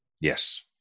Yes